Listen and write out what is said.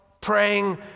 praying